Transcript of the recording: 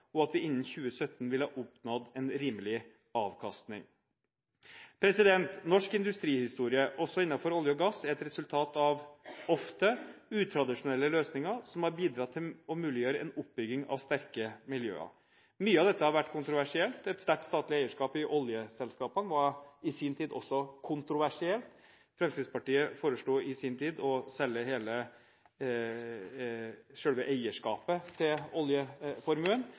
og at vi innen 2017 vil ha oppnådd en rimelig avkastning. Norsk industrihistorie – også innenfor olje og gass – er et resultat av ofte utradisjonelle løsninger som har bidratt til å muliggjøre en oppbygging av sterke miljøer. Mye av dette har vært kontroversielt. Et sterkt statlig eierskap i oljeselskapene var i sin tid også kontroversielt. Fremskrittspartiet foreslo i sin tid å selge hele eierskapet til oljeformuen.